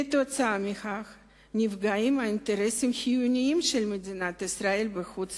כתוצאה מכך נפגעים האינטרסים החיוניים של מדינת ישראל בחו"ל